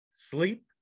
Sleep